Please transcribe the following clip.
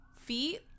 feet